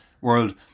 world